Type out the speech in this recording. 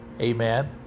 amen